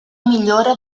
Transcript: millora